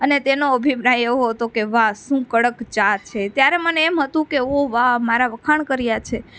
અને તેનો અભિપ્રાય એવો હતો કે વાહ શું કડક ચા છે ત્યારે મને એમ હતું કે ઓ વાહ મારા વખાણ કર્યા છે